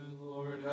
Lord